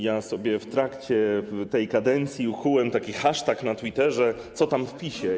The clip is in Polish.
Ja sobie w trakcie tej kadencji ukułem taki hasztag na Twitterze: Co tam w PiS-ie?